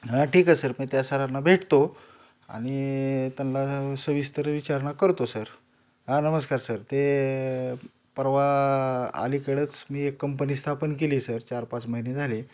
हा ठीक आहे सर मी त्या सरांना भेटतो आणि त्यांना सविस्तर विचारणा करतो सर हा नमस्कार सर ते परवा अलीकडंच मी एक कंपनी स्थापन केली आहे सर चार पाच महिने झाले